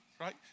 right